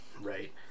right